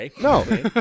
No